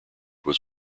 was